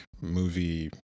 movie